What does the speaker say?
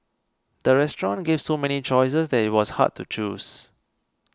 the restaurant gave so many choices that it was hard to choose